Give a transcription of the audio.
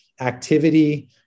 activity